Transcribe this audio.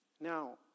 Now